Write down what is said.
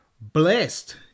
blessed